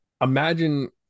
Imagine